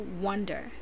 wonder